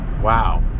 wow